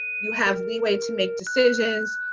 you have leeway to make decisions,